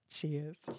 Cheers